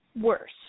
worse